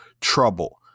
trouble